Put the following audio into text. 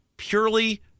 purely